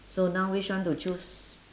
so now which one to choose